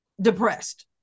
depressed